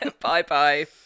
Bye-bye